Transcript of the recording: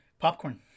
popcorn